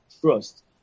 trust